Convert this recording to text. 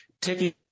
taking